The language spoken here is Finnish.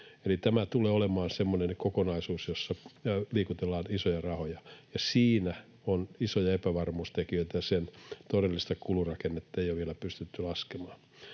tämä tulee olemaan semmoinen kokonaisuus, jossa liikutellaan isoja rahoja, ja siinä on isoja epävarmuustekijöitä. Sen todellista kulurakennetta ei ole vielä pystytty laskemaan.